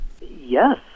Yes